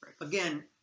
Again